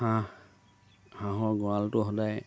হাঁহ হাঁহৰ গঁৰালটো সদায়